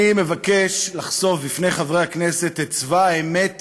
אני מבקש לחשוף בפני חברי הכנסת את צבא האמת